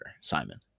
simon